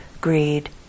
greed